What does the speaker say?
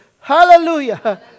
Hallelujah